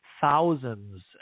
thousands